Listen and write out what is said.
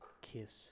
kiss